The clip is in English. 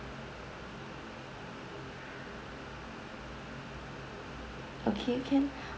okay can